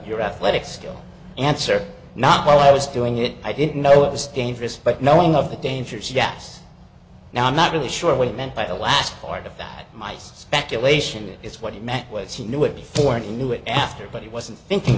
your athletic skill answer now while i was doing it i didn't know it was dangerous but knowing of the dangers yes now i'm not really sure what you meant by the last part of that my speculation is what it meant was he knew it before and he knew it after but he wasn't thinking